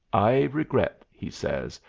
i regret, he says,